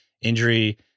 injury